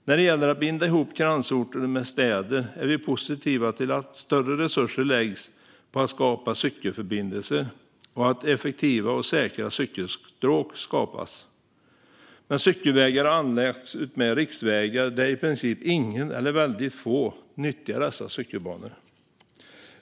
När det gäller att binda ihop kransorter med städer är vi positiva till att större resurser läggs på att skapa cykelförbindelser och att effektiva och säkra cykelstråk skapas. Men cykelvägar har anlagts utmed riksvägar, där i princip ingen eller väldigt få nyttjar dem.